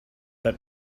but